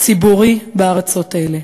ציבורי בארצות האלה.